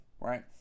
right